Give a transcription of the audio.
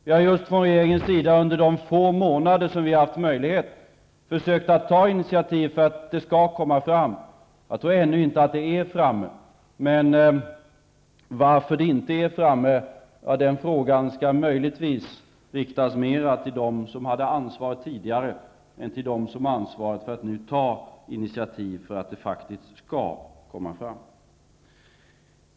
Under de få månader som regeringen har haft möjlighet har den försökt att ta initiativ för att det skall komma fram material. Jag tror inte att det finns något ännu. Frågan varför det inte har kommit fram skall möjligen hellre riktas till dem som hade ansvaret tidigare än till dem som nu har ansvaret för att ta initiativ, så att materialet faktiskt kommer fram.